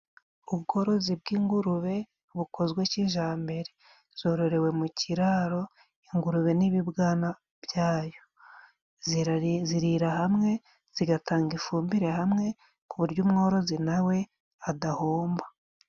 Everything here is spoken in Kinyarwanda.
Ubworozi bw'ingurube bukozwe kijambere， zororewe mu kiraro， ingurube n'ibibwana byayo. Zirira hamwe， zigatanga ifumbire hamwe，ku buryo umworozi na we adahomba.